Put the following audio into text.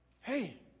hey